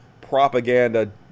propaganda